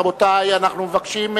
רבותי, אנחנו מבקשים,